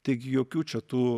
taigi jokių čia tų